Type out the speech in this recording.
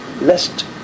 lest